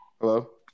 Hello